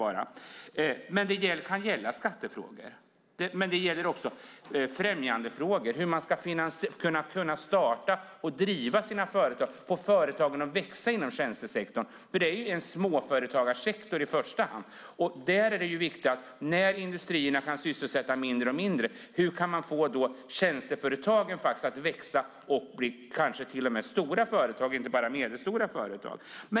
Det kan också gälla skattefrågor, och det gäller också främjandefrågor, alltså hur man ska kunna starta och driva sina företag och få dem att växa inom tjänstesektorn. Det är ju i första hand en småföretagssektor. När nu industrierna kan sysselsätta färre och färre, hur kan man då få tjänsteföretagen att växa och kanske bli stora företag och inte bara medelstora?